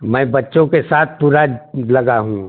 मैं बच्चों के साथ पूरा लगा हूँ